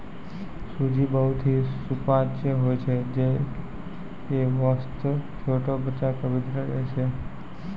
सूजी बहुत हीं सुपाच्य होय छै यै वास्तॅ छोटो बच्चा क भी देलो जाय छै